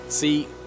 See